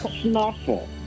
Snuffle